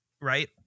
right